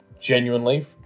genuinely